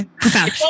profound